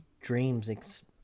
dreams